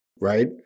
Right